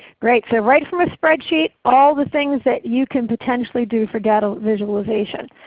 great. so right from a spreadsheet all the things that you can potentially do for data visualization,